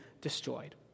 destroyed